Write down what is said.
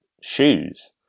shoes